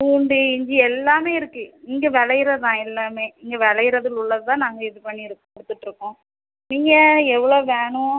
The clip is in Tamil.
பூண்டு இஞ்சி எல்லாமே இருக்கு இங்கே விளையிறது தான் எல்லாமே இங்கே விளையிறதுல உள்ளது தான் நாங்கள் இது பண்ணி கொடுத்துட்ருக்கோம் நீங்கள் எவ்வளோ வேணும்